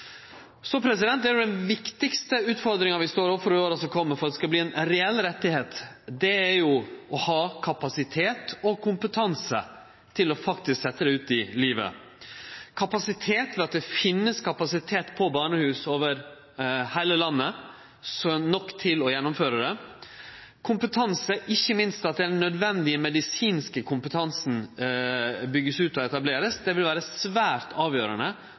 Den viktigaste utfordringa vi står overfor i åra som kjem – for at det skal verte ein reell rett – er å ha kapasitet og kompetanse til faktisk å setje det ut i livet. Kapasitet, det at det finst kapasitet på barnehus over heile landet som er nok til å gjennomføre dette, og kompetanse, ikkje minst at den naudsynte medisinske kompetansen vert bygd ut og etablert, vil vere svært avgjerande